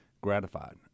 gratified